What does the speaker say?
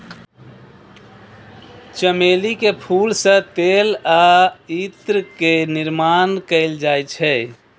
चमेली के फूल सं तेल आ इत्र के निर्माण कैल जाइ छै